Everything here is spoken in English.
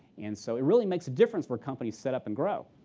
and so it really makes a difference where companies set up and grow.